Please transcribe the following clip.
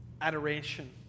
adoration